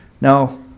Now